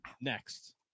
next